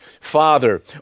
Father